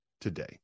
today